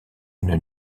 une